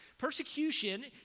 Persecution